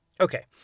Okay